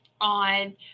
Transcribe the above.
on